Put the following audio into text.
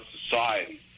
society